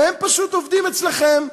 והם פשוט עובדים אצלכם.